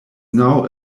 now